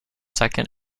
second